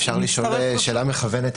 אפשר לשאול שאלה מכוונת,